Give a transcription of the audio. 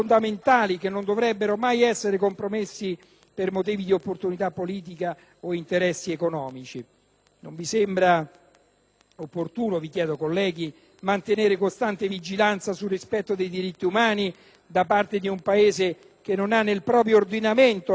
- vi chiedo, colleghi - mantenere costante vigilanza sul rispetto dei diritti umani da parte di un Paese che non ha nel proprio ordinamento la possibilità di richiedere il diritto d'asilo, che non ha ratificato la Convenzione ONU sui diritti dei rifugiati,